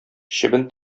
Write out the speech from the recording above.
чебен